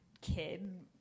kid